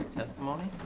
testimony.